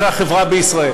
אחרי החברה בישראל,